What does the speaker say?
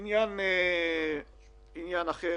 אני מבקש